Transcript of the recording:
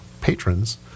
patrons